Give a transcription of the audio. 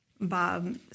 Bob